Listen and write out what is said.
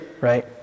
right